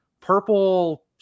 purple